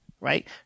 right